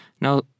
Now